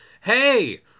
Hey